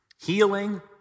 healing